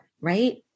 right